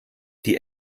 die